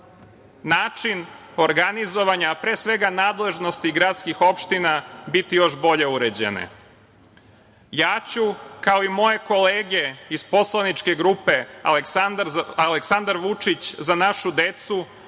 način organizovanja, a pre svega nadležnosti gradskih opština, biti još bolje uređene. Ja ću, kao i moje kolege iz poslaničke grupe Aleksandar Vučić – Za našu decu,